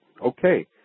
Okay